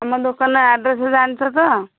ଆମ ଦୋକାନ ଜାଣିଛୁତ